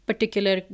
Particular